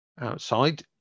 outside